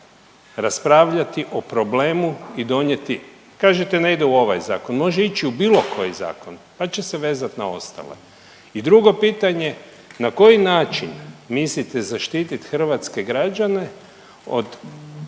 raspravljati o problemu i donijeti. Kažete, ne ide u ovaj zakon, može ići u bilo koji zakon pa će se vezat na ostale. I drugo pitanje, na koji način mislite zaštiti hrvatske građane od